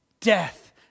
death